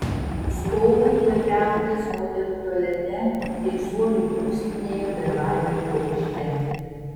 stoviu prie kriauklės moterų tualete teisuolių būstinėje bebaimių aukšte